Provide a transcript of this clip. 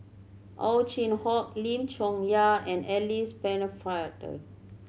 Ow Chin Hock Lim Chong Yah and Alice Pennefather